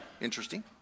Interesting